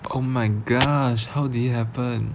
oh my gosh how did happen